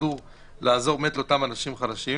חדור לעזור לאותם אנשים חלשים.